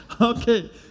Okay